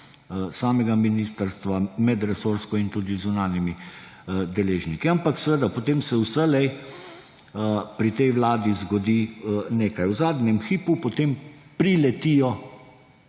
samega ministrstva medresorsko in tudi z zunanjimi deležniki. Ampak seveda potem se vselej pri tej vladi zgodi nekaj: v zadnjem hipu potem priletijo